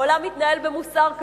העולם מתנהל במוסר כפול,